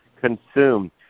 consumed